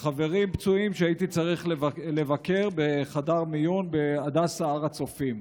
בחברים פצועים שהייתי צריך לבקר בחדר מיון בהדסה הר הצופים.